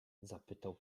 zapytał